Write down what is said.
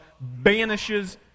banishes